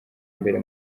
mbere